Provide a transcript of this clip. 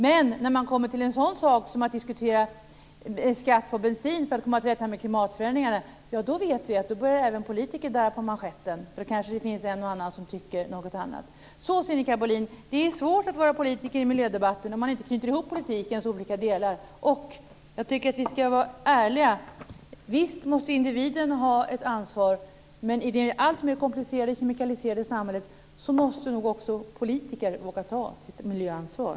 Men när man kommer till en sådan sak som diskussionen om skatt på bensin för att komma till rätta med klimatförändringarna börjar - vet vi - även politiker darra på manschetten, för kanske finns det en och annan som tycker något annat. Sinikka Bohlin, det är svårt att vara politiker i miljödebatten om man inte knyter ihop politikens olika delar men vi ska vara ärliga. Visst måste individen ha ett ansvar men i ett alltmer komplicerat och kemikaliserat samhälle måste nog också politiker våga ta sitt miljöansvar.